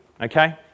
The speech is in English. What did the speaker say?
okay